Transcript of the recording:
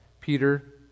Peter